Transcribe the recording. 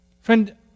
Friend